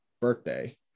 birthday